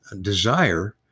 desire